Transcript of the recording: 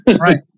Right